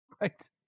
Right